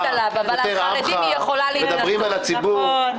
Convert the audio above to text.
מדברים לציבור,